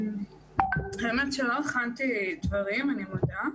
לא הכנתי דברים, אני מודה.